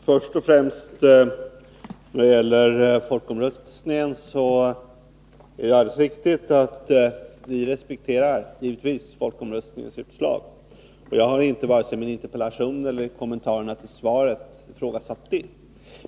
Herr talman! Först och främst vill jag beträffande folkomröstningen säga att vi givetvis respekterar dess utslag. Jag har inte vare sig i min interpellation eller i kommentarerna till svaret ifrågasatt det.